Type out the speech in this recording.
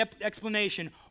explanation